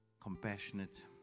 compassionate